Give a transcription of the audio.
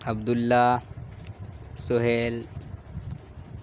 Abdullah Sohail